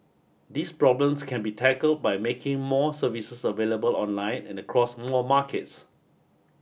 these problems can be tackled by making more services available online and across more markets